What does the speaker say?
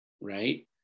right